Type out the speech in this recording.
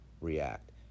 react